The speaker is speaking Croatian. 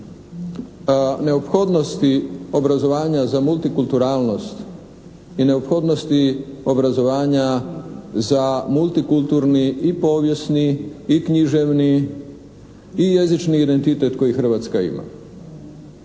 neophodnosti obrazovanja za multikulturalnost i neophodnosti obrazovanja za multikulturni i povijesni i književni i jezični identitet koji Hrvatska ima